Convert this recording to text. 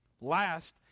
Last